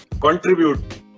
contribute